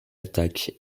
attaquent